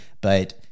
But-